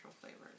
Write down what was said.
flavors